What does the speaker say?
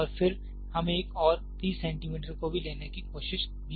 और फिर हम एक और 30 सेंटीमीटर को भी लेने की कोशिश भी करेंगे